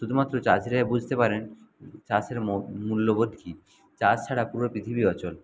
শুধুমাত্র চাষিরাই বুঝতে পারেন চাষের মূল্যবোধ কী চাষ ছাড়া পুরো পৃথিবী অচল